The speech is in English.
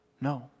No